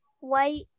white